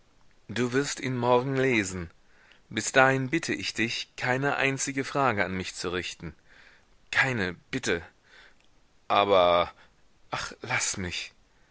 du wirst ihn morgen lesen bis dahin bitte ich dich keine einzige frage an mich zu richten keine bitte aber ach laß mich